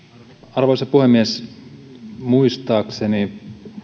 arvoisa puhemies muistaakseni